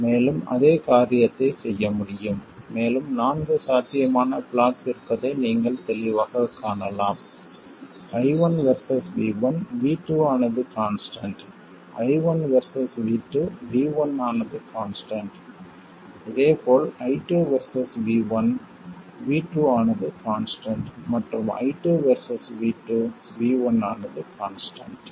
மேலும் அதே காரியத்தைச் செய்ய முடியும் மேலும் நான்கு சாத்தியமான ப்ளாட்ஸ் இருப்பதை நீங்கள் தெளிவாகக் காணலாம் I1 வெர்சஸ் V1 V2 ஆனது constant I1 versus V2 V1 ஆனது கான்ஸ்டன்ட் இதேபோல் I2 வெர்சஸ் V1 V2 ஆனது கான்ஸ்டன்ட் மற்றும் I2 வெர்சஸ் V2 V1 ஆனது கான்ஸ்டன்ட்